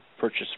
purchase